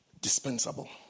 dispensable